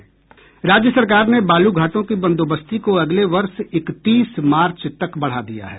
राज्य सरकार ने बालू घाटों की बंदोबस्ती को अगले वर्ष इकतीस मार्च तक बढ़ा दिया है